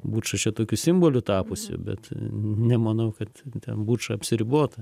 buča čia tokiu simboliu tapusi bet nemanau kad ten buča apsiribota